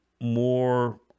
more